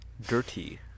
Dirty